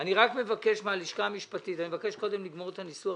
אני מבקש מהלשכה המשפטית לגמור את הניסוח